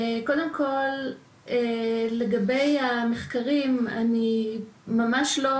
קודם כל, לגבי המחקרים אני ממש לא